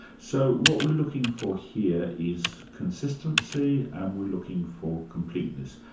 so what we're looking for here is consistency and we're looking for completeness.